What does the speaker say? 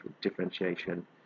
differentiation